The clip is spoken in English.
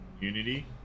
Unity